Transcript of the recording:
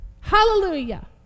Hallelujah